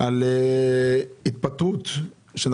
לגבי גל התפטרויות במשטרה.